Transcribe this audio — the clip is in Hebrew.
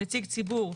נציג ציבור,